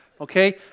okay